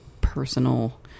personal